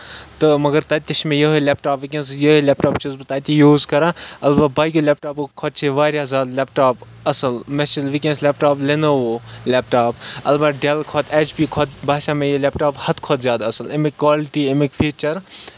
مَگر تَتہِ چھُ مےٚ یِہوے لیپ ٹاپ وٕنکیٚنس یِہوے لیپ ٹاپ چھُس بہٕ تتہِ یوٗز کران اَلبتہ باقیو لیپ ٹاپ کھۄتہٕ چھُ یہِ واریاہ لیپ ٹاپ اَصٕل مےٚ چھُ لیپ ٹاپ وٕنکینس لِنووو لیپ ٹاپ اَلبتہ ڈیل کھۄتہٕ ایچ پی کھۄتہٕ باسیو مےٚ یہِ حد کھۄتہٕ زیادٕ اَصٕل اَمِکۍ کالٹی اَمِکۍ فیٖچر